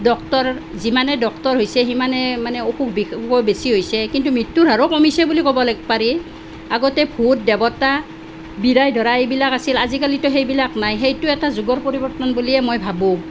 doctor যিমানে doctor হৈছে সিমানে মানে অসুখ বিসুখো বেছি হৈছে কিন্তু মৃত্যুৰ হাৰো কমিছে বুলি ক'বলে পাৰি আগতে ভূত দেৱতা বিৰাই ধৰা এইবিলাক আছিল আজিকালিতো সেইবিলাক নাই সেইটো এটা যুগৰ পৰিৱৰ্তন বুলিয়েই মই ভাবোঁ